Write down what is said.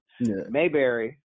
Mayberry